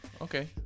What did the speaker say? Okay